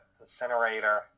incinerator